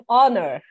honor